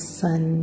sun